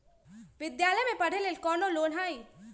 विद्यालय में पढ़े लेल कौनो लोन हई?